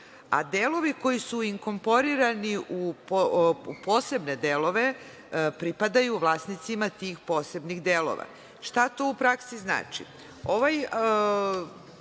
a delovi koji su inkorporirani u posebne delove, pripadaju vlasnicima tih posebnih delova. Šta to u praksi znači?